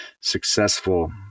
successful